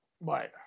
Right